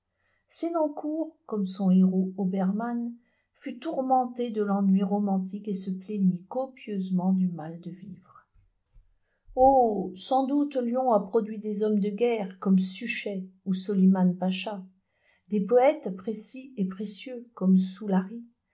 senancour comme son héros oberman fut tourmenté de l'ennui romantique et se plaignit copieusement du mal de vivre oh sans doute lyon a produit des hommes de guerre comme suchet ou soliman pacha des poètes précis et précieux comme